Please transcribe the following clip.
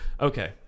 Okay